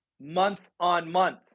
month-on-month